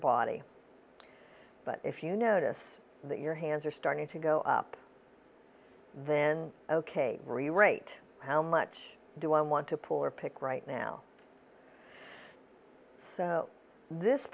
body but if you notice that your hands are starting to go up then ok great how much do i want to pull or pick right now so this